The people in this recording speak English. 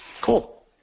Cool